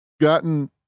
gotten